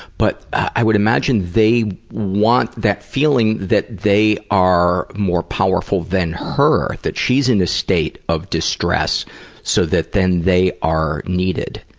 but i would imagine they want that feeling that they are more powerful than her that she's in a state of distress so that then they are needed.